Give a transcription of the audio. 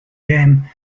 dam